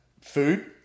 food